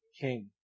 king